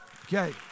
Okay